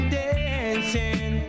dancing